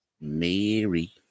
Mary